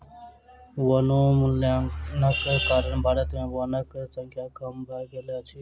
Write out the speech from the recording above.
वनोन्मूलनक कारण भारत में वनक संख्या कम भ गेल अछि